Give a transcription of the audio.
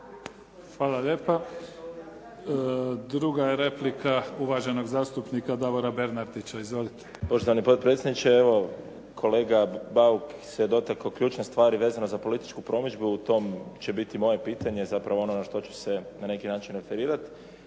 Hvala lijepa. Druga je replika uvaženog zastupnika Davora Bernardića. Izvolite.